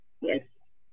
Yes